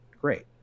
great